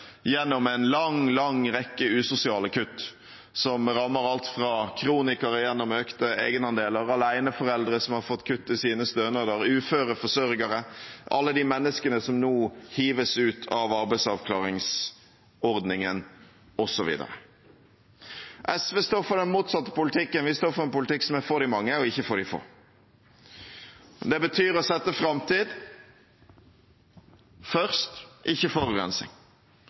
gjennom en lang, lang rekke usosiale kutt som rammer alt fra kronikere gjennom økte egenandeler, aleneforeldre som har fått kutt i sine stønader, og uføre forsørgere til alle de menneskene som nå hives ut av arbeidsavklaringsordningen, osv. SV står for den motsatte politikken. Vi står for en politikk som er for de mange, ikke for de få. Det betyr å sette framtid først, ikke